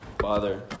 Father